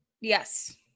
Yes